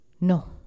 No